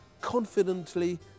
confidently